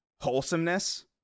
wholesomeness